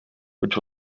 which